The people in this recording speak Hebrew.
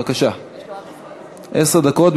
עשר דקות.